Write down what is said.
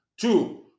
Two